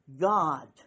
God